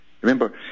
Remember